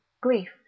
grief